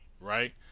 right